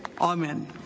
Amen